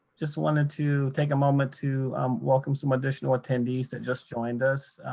just wanted to take a moment to welcome some additional attendees that just joined us.